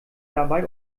dabei